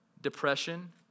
depression